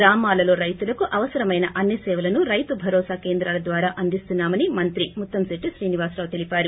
గ్రామాలలో రైతులకు అవసరమైన అన్ని సేవలను రైతు భరోసా కేంద్రాల ద్వారా అందిస్తున్నామని మంత్రి ముత్తంశిట్లి శ్రీనివాసరావు తెలిపారు